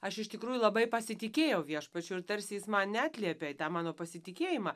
aš iš tikrųjų labai pasitikėjau viešpačiu ir tarsi jis man neatliepė tą mano pasitikėjimą